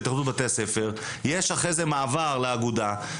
אמרת פה משפט שעברנו אותו, אבל הוא הכי חשוב בסוף.